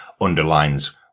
underlines